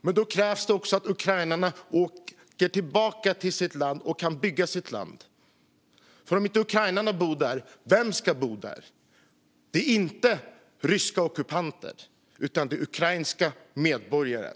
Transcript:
Men då krävs det också att ukrainarna åker tillbaka till sitt land och kan bygga sitt land. För om inte ukrainarna bor där, vilka ska då bo där? Det är inte ryska ockupanter, utan det är ukrainska medborgare.